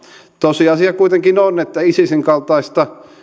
tosiasia kuitenkin on että isisin kaltaista